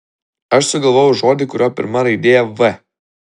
aš sugalvojau žodį kurio pirma raidė v